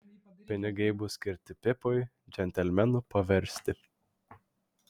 pinigai bus skirti pipui džentelmenu paversti